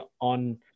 on